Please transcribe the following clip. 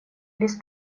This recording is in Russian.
без